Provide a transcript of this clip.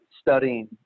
studying